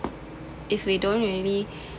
if we don’t really